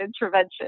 intervention